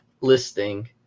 listing